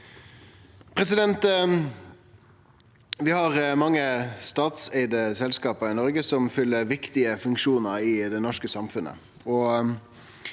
Vi har mange statseigde selskap i Noreg som fyller viktige funksjonar i det norske samfunnet.